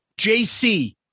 JC